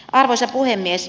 arvoisa puhemies